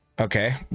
Okay